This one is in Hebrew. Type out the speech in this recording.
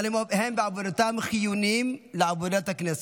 אבל הם בעבודתם חיוניים לעבודת הכנסת,